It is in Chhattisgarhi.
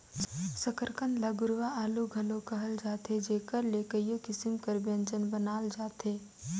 सकरकंद ल गुरूवां आलू घलो कहल जाथे जेकर ले कइयो किसिम कर ब्यंजन बनाल जाथे